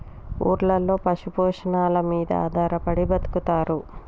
ఊర్లలో పశు పోషణల మీద ఆధారపడి బతుకుతారు